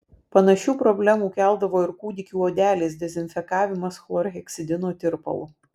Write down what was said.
panašių problemų keldavo ir kūdikių odelės dezinfekavimas chlorheksidino tirpalu